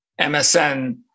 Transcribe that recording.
MSN